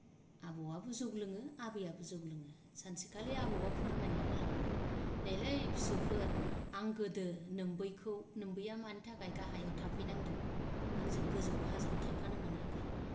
आबौआबो जौ लोङो आबैआबो जौ लोङो सानसेखालि आबौआ फोरमायना होलांबाय नैलै फिसौफोर आं गोदो नोम्बैखौ नोम्बैआ मानि थाखाय गाहायाव थाफैनांदों आंजों गोजौ हाजोआव थाफैनो मोनाखै